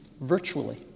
virtually